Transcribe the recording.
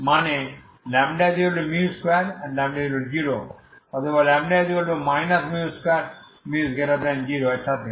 মানে λ2 λ0 অথবা λ 2 μ0এর সাথে